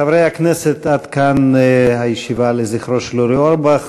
חברי הכנסת, עד כאן הישיבה לזכרו של אורי אורבך.